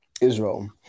Israel